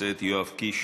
אם תבכה, אני אגיש,